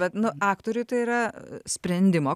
bet nu aktoriui tai yra sprendimo